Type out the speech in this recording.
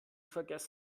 vergessen